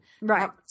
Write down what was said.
Right